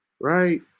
right